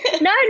no